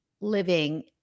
living